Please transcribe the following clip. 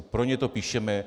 Pro ně to píšeme.